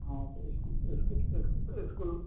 हँ तऽ इसकू इसकू इसकू इसकुल